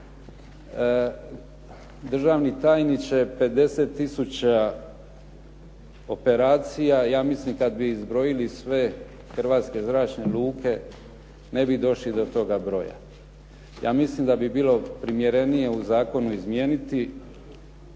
Državni tajniče, 50 tisuća operacija ja mislim kad bi izbrojili sve hrvatske zračne luke ne bi došli do toga broja. Ja mislim da bi bilo primjerenije u zakonu izmijeniti